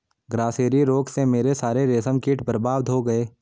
grasserie रोग से मेरे सारे रेशम कीट बर्बाद हो गए